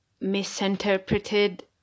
misinterpreted